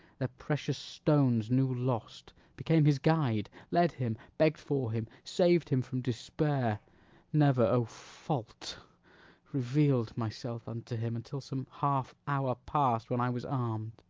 their precious stones new lost became his guide, led him, begg'd for him, sav'd him from despair never o fault reveal'd myself unto him until some half hour past, when i was arm'd